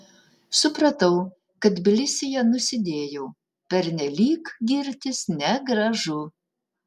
supratau kad tbilisyje nusidėjau pernelyg girtis negražu